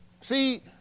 See